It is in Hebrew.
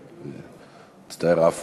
מצטער, עפו,